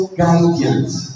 guidance